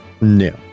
No